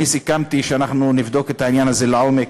אני סיכמתי שאנחנו נבדוק את העניין הזה לעומק